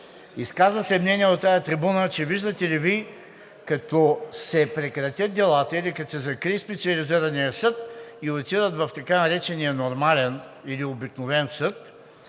Изказа се мнение от тази трибуна, че виждате ли, като се прекратят делата или като се закрие Специализираният съд и отидат в така наречения нормален или обикновен съд,